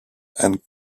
and